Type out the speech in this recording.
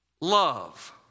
love